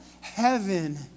heaven